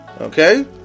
okay